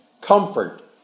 comfort